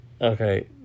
Okay